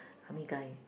army guy